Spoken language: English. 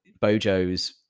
Bojo's